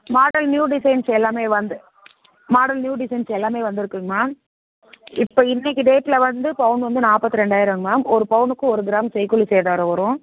model new designs எல்லாமே வந்து model new designs எல்லாமே வந்துருக்குங்க மேம் இப்போ இன்னைக்கு டேட்டில் வந்து பவுன் வந்து நாற்பது ரெண்டாயிரங்க மேம் ஒரு பவுனுக்கு ஒரு கிராம் செய்கூலி சேதாரம் வரும்